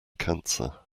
cancer